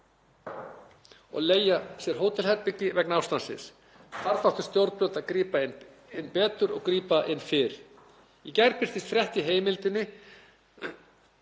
og leigja sér hótelherbergi vegna ástandsins. Þarna áttu stjórnvöld að grípa inn í betur og grípa inn fyrr. Í gær birtist frétt í Heimildinni.